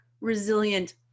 resilient